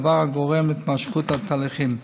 דבר הגורם להתמשכות התהליכים.